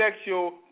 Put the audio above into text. sexual